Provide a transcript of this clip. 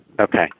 Okay